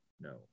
No